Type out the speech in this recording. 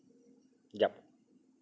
yup